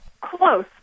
close